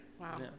wow